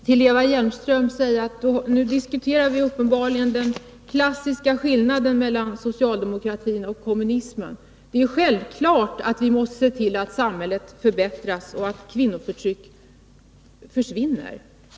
Herr talman! Först vill jag till Eva Hjelmström säga att vi nu uppenbarligen diskuterar den klassiska skillnaden mellan socialdemokratin och kommunismen. Det är ju självklart att vi måste se till att samhället förbättras och att kvinnoförtryck försvinner.